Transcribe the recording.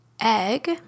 egg